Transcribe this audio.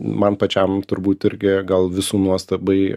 man pačiam turbūt irgi gal visų nuostabai